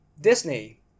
Disney